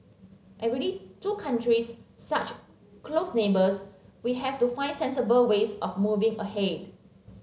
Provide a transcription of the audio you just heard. and really two countries such close neighbours we have to find sensible ways of moving ahead